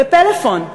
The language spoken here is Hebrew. ב"פלאפון",